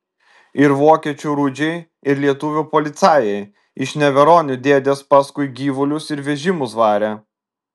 ir vokiečių rudžiai ir lietuvių policajai iš neveronių dėdės paskui gyvulius ir vežimus varė